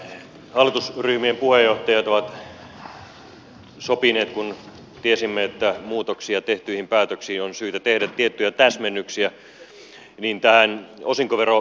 meillä hallitusryhmien puheenjohtajat ovat sopineet kun tiesimme että muutoksia tehtyihin päätöksiin on syytä tehdä tiettyjä täsmennyksiä tähän osinkoverokysymykseen